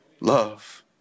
love